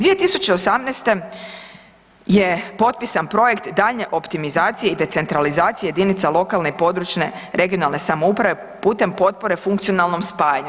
2018. je potpisan projekt daljnje optimizacije i decentralizacije jedinica lokalne i područne regionalne samouprave putem potpore funkcionalnom spajanju.